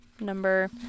number